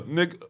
Nick